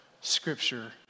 scripture